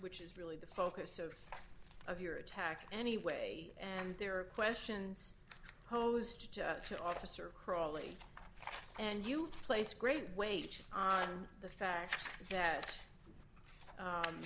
which is really the focus of of your attack anyway and there are questions posed to officer crawly and you place great weight on the fact that